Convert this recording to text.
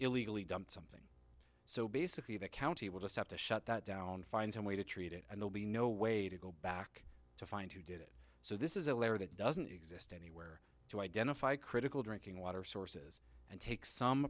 illegally dumped something so basically the county will just have to shut that down find some way to treat it and they'll be no way to go back to find who did it so this is a layer that doesn't exist or to identify critical drinking water sources and take some